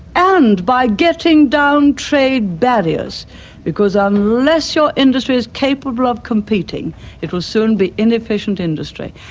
and by getting down trade barriers because unless your industry is capable of competing it will soon be inefficient industry.